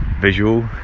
Visual